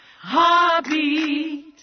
Heartbeat